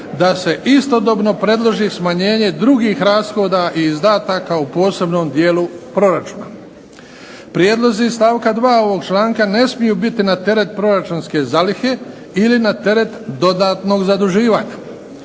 da se istodobno predloži smanjenje drugih rashoda i izdataka u posebnom dijelu proračuna. Prijedlozi iz stavka 2. ovog članka ne smiju biti na teret proračunske zalihe ili na teret dodatnog zaduživanja.